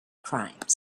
crimes